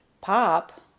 Pop